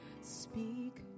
Speak